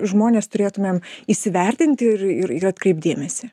žmonės turėtumėm įsivertinti ir ir ir atkreipt dėmesį